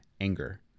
anger